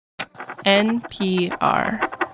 NPR